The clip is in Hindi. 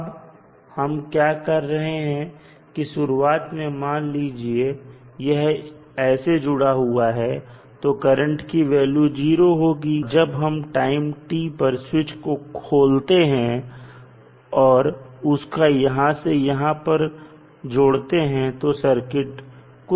अब हम क्या कर रहे हैं की शुरुआत में मान लीजिए यह ऐसे जुड़ा हुआ है तो करंट की वैल्यू 0 होगी और जब हम टाइम t पर स्विच को खोलते हैं और उसको यहां से यहां पर जोड़ते हैं तो सर्किट ऐसा दिखेगा